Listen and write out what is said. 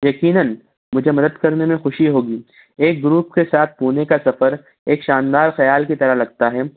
یقیناً مجھے مدد كرنے میں خوشی ہوگی ایک گروپ کے ساتھ پونے كا سفر ایک شاندار خیال كی طرح لگتا ہے